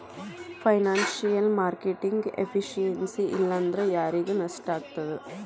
Financial marketing efficiency ಇಲ್ಲಾಂದ್ರ ಯಾರಿಗ್ ನಷ್ಟಾಗ್ತದ?